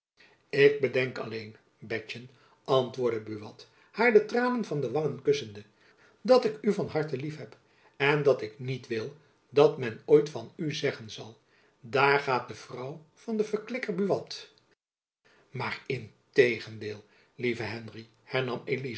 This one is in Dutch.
ik bedenk alleen betjen antwoordde buat haar de tranen van de wangen kussende dat ik u van harte lief heb en dat ik niet wil dat men ooit van u zeggen zal daar gaat de vrouw van den verklikker buat maar integendeel lieve henry